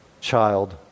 child